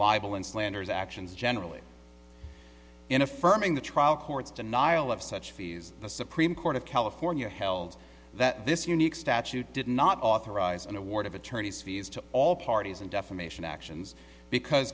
libel and slander his actions generally in affirming the trial court's denial of such fees the supreme court of california held that this unique statute did not authorize an award of attorney's fees to all parties and defamation actions because